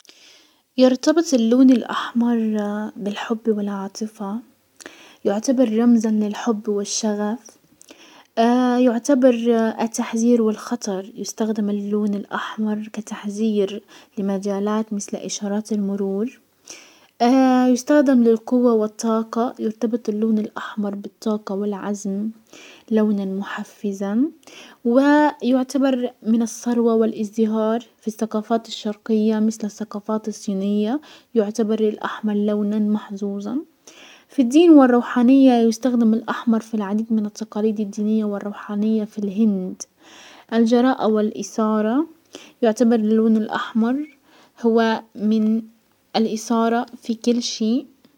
يرتبط اللون الاحمر بالحب والعاطفة، يعتبر رمزا من الحب والشغف، يعتبر التحزير والخطر، يستخدم اللون الاحمر كتحزير لمجالات مسل اشارات المرور، يستخدم للقوة والطاقة يرتبط اللون الاحمر بالطاقة والعزم. لونا محفزا ويعتبر من السروة والازدهار في السقافات الشرقية مسل السقافات الصينية، يعتبر الاحمر لونا محزوزا، فالدين والروحانية يستخدم الاحمر في العديد من التقاليد الدينية والروحانية في الهند، الجراءة والاثارة يعتبر اللون الاحمر هو من الاثارة في كل شيء.